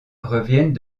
reviennent